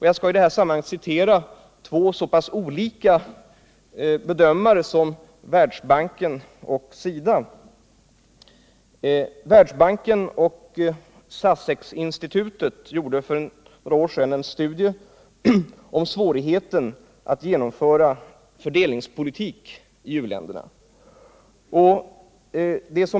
Jag skall i detta sammanhang citera två så pass olika bedömare som Världsbanken och SIDA. Världsbanken och Sussex-institutet gjorde för några år sedan en studie om svårigheterna att genomföra fördelningspolitik i u-länderna.